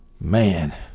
man